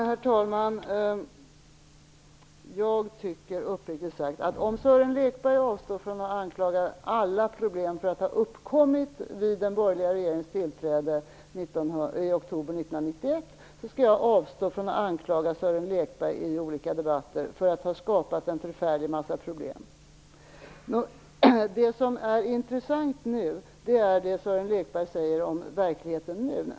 Herr talman! Jag tycker uppriktigt sagt att om Sören Lekberg avstår från att anklaga den förra regeringen för att alla problem har uppkommit vid den borgerliga regeringens tillträde i oktober 1991 så skall jag avstå från att anklaga Sören Lekberg i olika debatter för att ha skapat en förfärlig massa problem. Det som är intressant är det som Sören Lekberg säger om verkligheten nu.